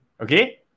okay